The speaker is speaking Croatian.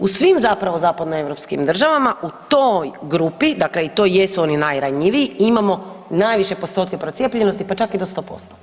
U svim zapravo zapadnoeuropskim državama, u toj grupi, dakle i to jesu oni najranjiviji, imamo najviše postotke procijepljenosti pa čak i do 100%